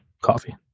coffee